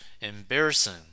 embarrassing